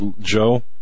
Joe